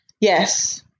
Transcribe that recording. Yes